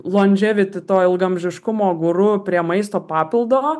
londževiti to ilgaamžiškumo guru prie maisto papildo